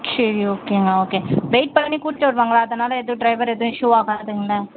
சரி ஓகேங்க okay wait பண்ணிக் கூட்டு வருவாங்களா அதனால் எதுவும் ட்ரைவர் எதுவும் இஷு ஆகாதுங்களே